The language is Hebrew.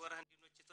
עושה